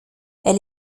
elle